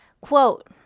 quote